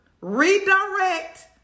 redirect